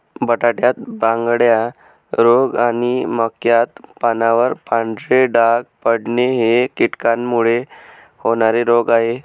बटाट्यात बांगड्या रोग आणि मक्याच्या पानावर पांढरे डाग पडणे हे कीटकांमुळे होणारे रोग आहे